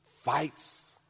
Fights